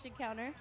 counter